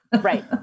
right